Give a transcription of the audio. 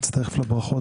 מצטרף לברכות